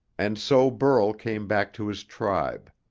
and so burl came back to his tribe.